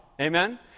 Amen